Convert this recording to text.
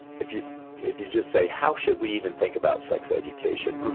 if you if you just say, how should we even think about sex education,